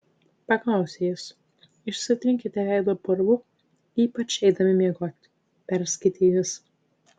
paklausė jis išsitrinkite veidą purvu ypač eidami miegoti perskaitė jis